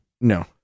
No